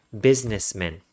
businessmen